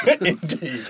indeed